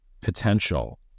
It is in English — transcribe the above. potential